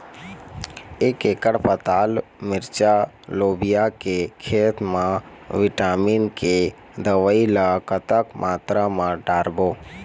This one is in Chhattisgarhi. एक एकड़ पताल मिरचा लोबिया के खेत मा विटामिन के दवई ला कतक मात्रा म डारबो?